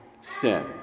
sin